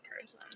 person